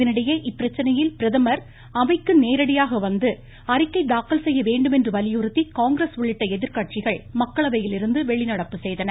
இதனிடையே இப்பிரச்னையில் பிரதமர் அவைக்கு நேரடியாக வந்து அறிக்கை தாக்கல் செய்யவேண்டும் என்று வலியுறுத்தி காங்கிரஸ் உள்ளிட்ட எதிர்கட்சிகள் மக்களவையிலிருந்து வெளிநடப்பு செய்தன